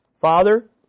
Father